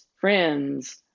friends